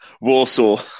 Warsaw